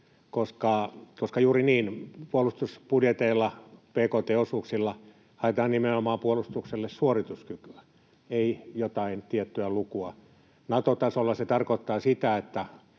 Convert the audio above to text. koska juuri niin, puolustusbudjeteilla, bkt-osuuksilla haetaan nimenomaan puolustukselle suorituskykyä, ei jotain tiettyä lukua. Nato-tasolla se tarkoittaa sitä,